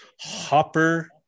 hopper